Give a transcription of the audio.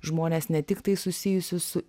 žmonės ne tiktai susijusius su